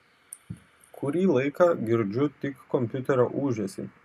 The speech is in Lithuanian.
kurį laiką girdžiu tik kompiuterio ūžesį